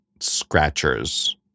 scratchers